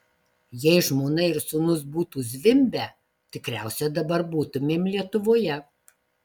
jei žmona ir sūnus būtų zvimbę tikriausiai dabar būtumėm lietuvoje